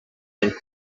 and